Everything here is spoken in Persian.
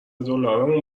دلارمون